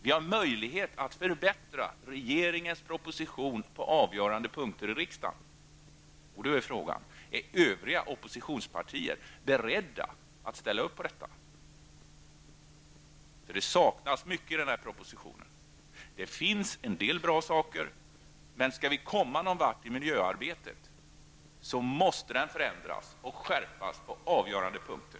Vi har möjlighet att förbättra regeringens proposition på avgörande punkter. Frågan är om övriga oppositionspartier är beredda att ställa upp på detta. Det saknas mycket i den här propositionen. Det finns en del bra saker, men skall vi komma någon vart i miljöarbetet måste propositionen förändras och skärpas på avgörande punkter.